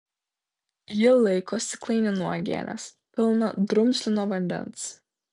ji laiko stiklainį nuo uogienės pilną drumzlino vandens